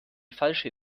falsche